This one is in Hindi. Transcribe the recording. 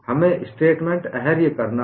हमें स्टेटमेंट अहर्य करना है